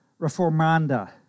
reformanda